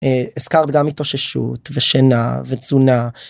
הזכרת גם התוששות ושינה ותזונה.